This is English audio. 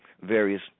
various